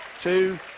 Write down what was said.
two